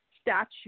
statue